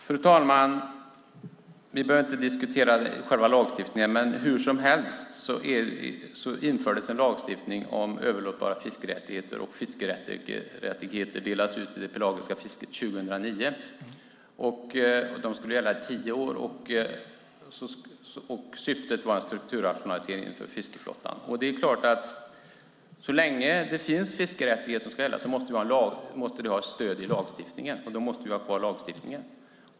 Fru talman! Vi behöver inte diskutera själva lagstiftningen. Men hur som helst infördes det en lagstiftning om överlåtbara fiskerättigheter, och fiskerättigheter till det pelagiska fisket delades ut 2009. De skulle gälla i tio år. Syftet var en strukturrationalisering av fiskeflottan. Så länge det finns fiskerättigheter som ska gälla måste det finnas ett stöd för det i lagstiftningen, och då måste vi ha kvar lagstiftningen.